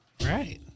Right